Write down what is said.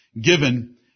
given